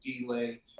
delay